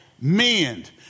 mend